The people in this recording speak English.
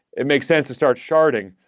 it makes sense to start sharding,